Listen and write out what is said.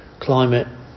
climate